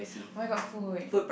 oh-my-god food